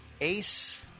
Ace